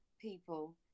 people